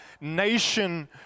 nation